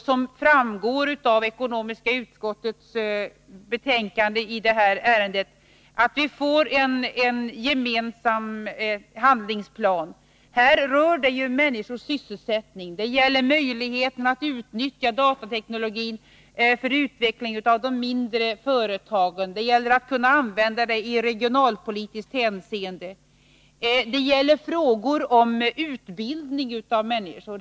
Som framgår av ekonomiska utskottets betänkande i detta ärende är det viktigt att vi får en gemensam handlingsplan. Här rör det människors sysselsättning. Det gäller möjligheten att utnyttja datateknologin för utveckling av de mindre företagen. Det gäller att kunna använda detta i regionalpolitiskt hänseende. Det gäller även frågan om utbildning av människor.